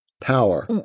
power